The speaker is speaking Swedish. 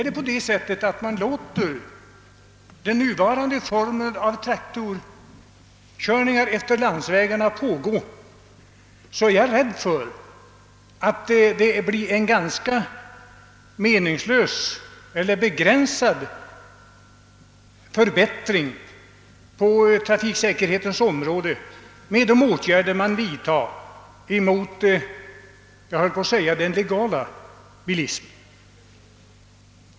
Därest man låter den nuvarande formen av traktorkörningar pågå efter landsvägarna, är jag rädd för att det blir en ganska begränsad förbättring av trafiksäkerheten genom de åtgärder som vidtas mot den »legala» bilismen.